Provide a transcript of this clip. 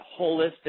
holistic